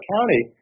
County